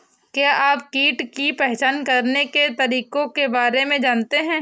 क्या आप कीट की पहचान करने के तरीकों के बारे में जानते हैं?